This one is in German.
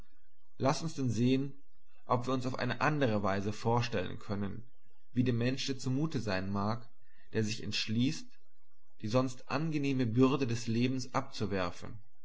laßt uns denn sehen ob wir uns auf eine andere weise vorstellen können wie dem menschen zu mute sein mag der sich entschließt die sonst angenehme bürde des lebens abzuwerfen